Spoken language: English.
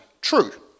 True